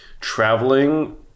traveling